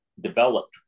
developed